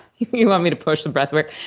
you want me to push some breathwork.